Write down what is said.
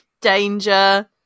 Danger